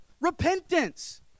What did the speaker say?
Repentance